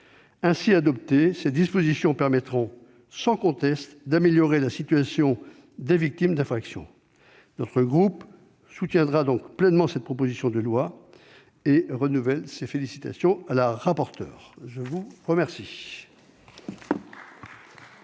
Ainsi adoptées, ces dispositions permettront sans conteste d'améliorer la situation des victimes d'infractions. Notre groupe soutiendra donc pleinement cette proposition de loi et renouvelle ses félicitations à la rapporteure. La parole